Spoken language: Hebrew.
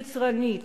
יצרנית